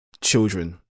children